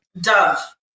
Dove